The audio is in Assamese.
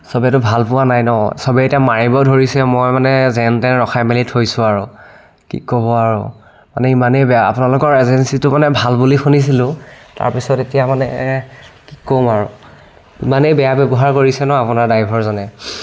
সবেইতো ভাল পোৱা নাই ন' সবেই এতিয়া মাৰিব ধৰিছে মই মানে যেন তেন ৰখাই মেলি থৈছোঁ আৰু কি ক'ব আৰু মানে ইমানেই বেয়া আপোনালোকৰ এজেন্সিটো মানে ভাল বুলি শুনিছিলোঁ তাৰপিছত এতিয়া মানে কি ক'ম আৰু ইমানেই বেয়া ব্যৱহাৰ কৰিছে ন' আপোনাৰ ড্ৰাইভাৰজনে